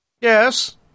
Yes